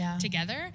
together